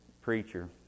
preacher